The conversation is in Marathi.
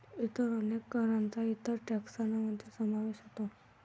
इतर अनेक करांचा इतर टेक्सान मध्ये समावेश होतो